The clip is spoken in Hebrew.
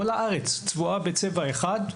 כל הארץ צבועה בצבע אחד,